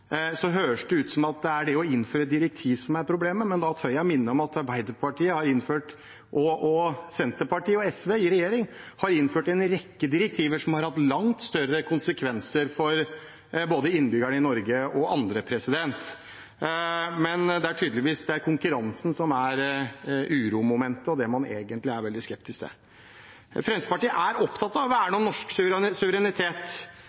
høres det ut som at det er det å innføre et direktiv som er problemet. Da tør jeg minne om at Arbeiderpartiet, Senterpartiet og SV i regjering har innført en rekke direktiver som har hatt langt større konsekvenser, både for innbyggerne i Norge og for andre. Men det er tydeligvis konkurransen som er uromomentet og det man egentlig er veldig skeptisk til. Fremskrittspartiet er opptatt av å